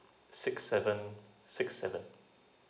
six seven six seven